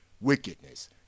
wickedness